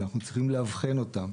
שאנחנו צריכים לאבחן אותם.